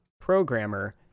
programmer